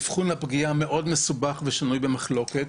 אבחון הפגיעה הוא מאוד מסובך ושנוי במחלקות,